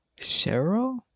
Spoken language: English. Cheryl